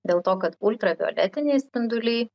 dėl to kad ultravioletiniai spinduliai